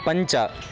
पञ्च